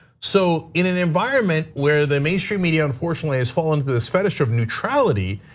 so in an environment where the mainstream media unfortunately, has fallen to this fellowship neutrality,